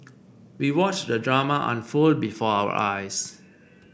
we watched the drama unfold before our eyes